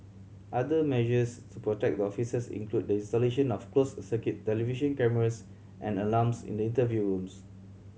other measures to protect the officers include the installation of closed circuit television cameras and alarms in the interview rooms